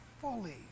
fully